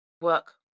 work